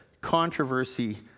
controversy